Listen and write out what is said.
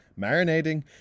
Marinating